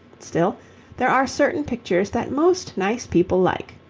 still there are certain pictures that most nice people like.